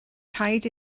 rhaid